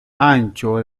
ancho